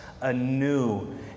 anew